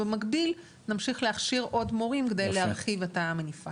ובמקביל נמשיך להכשיר עוד מורים כדי להרחיב את המניפה.